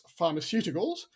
Pharmaceuticals